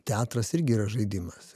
teatras irgi yra žaidimas